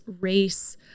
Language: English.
race